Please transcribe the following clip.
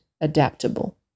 adaptable